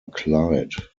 clyde